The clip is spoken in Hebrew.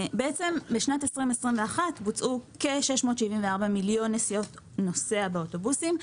בשנת 2021 בוצעו כ-674 מיליון נסיעות נוסע באוטובוסים.